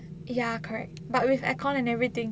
ya correct but with aircon and everything